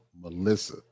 Melissa